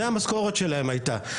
זה המשכורת שלהן הייתה,